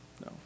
no